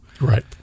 Right